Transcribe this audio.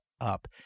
up